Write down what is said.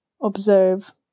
observe